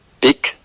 big